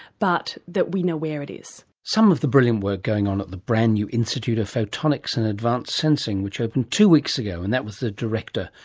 but that we know where it is. some of the brilliant work going on at the brand new institute of photonics and advanced sensing which opened two weeks ago, and that was the director,